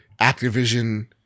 Activision